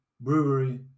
brewery